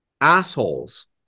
assholes